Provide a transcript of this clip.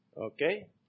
Okay